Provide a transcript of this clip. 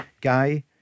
Guy